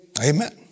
Amen